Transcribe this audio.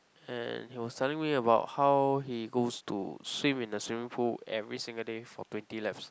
and he was telling me about how he goes to swim in the swimming pool every single day for twenty laps